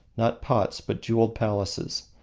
not pots, but jewelled palaces.